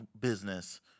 business